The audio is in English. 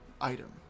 item